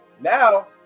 Now